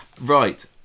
Right